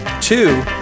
two